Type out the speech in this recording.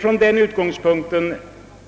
Från den utgångspunkten